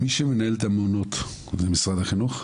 מי שמנהל את המעונות זה משרד החינוך,